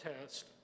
test